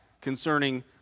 concerning